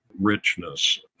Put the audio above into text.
richness